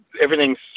everything's